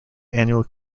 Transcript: annual